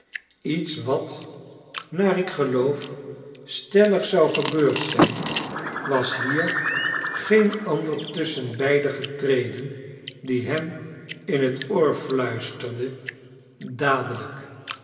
iets wat naar ik geloof stellig zou gebeurd zijn was hier geen ander tusschen beide getreden die hem in t oor fluisterde dadelijk